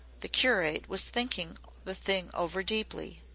the curate was thinking the thing over deeply.